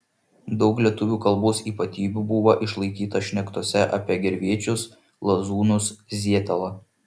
daug lietuvių kalbos ypatybių buvo išlaikyta šnektose apie gervėčius lazūnus zietelą